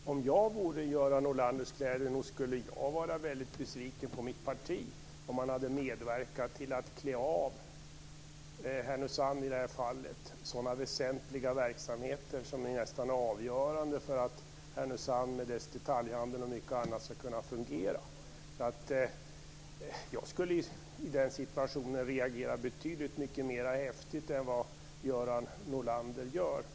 Fru talman! Om jag vore i Göran Norlanders kläder skulle jag nog vara väldigt besviken på mitt parti om man hade medverkat till att klä av i det här fallet Härnösand sådana väsentliga verksamheter som är nästan avgörande för att Härnösand med dess detaljhandel och mycket annat skall kunna fungera. Jag skulle i den situationen reagera betydligt mycket häftigare än vad Göran Norlander gör.